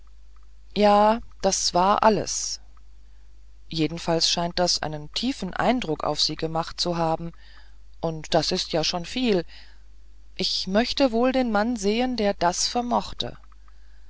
ja das war alles jedenfalls scheint das einen tiefen eindruck auf sie gemacht zu haben und das ist ja schon viel ich möchte wohl den mann sehen der das vermochte